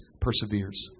perseveres